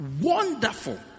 Wonderful